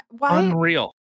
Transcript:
unreal